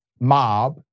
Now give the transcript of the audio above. mob